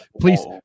please